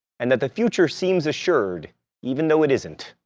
and that the future seems assured even though it isn't.